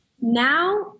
now